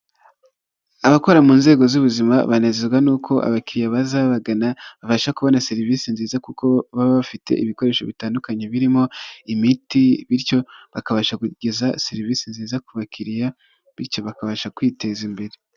Abakora mu nzego z'ubuzima banezezwa n'uko abakiya baza babagana babasha kubona serivisi nziza kuko baba bafite ibikoresho bitandukanye birimo imiti, bityo bakabasha kugeza serivisi nziza ku bakiriya bityo bakabasha kwiteza imbere.